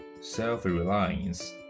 self-reliance